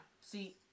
see